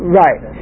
right